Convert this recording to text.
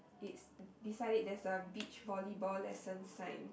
it's beside it there's a beach volley ball lesson sign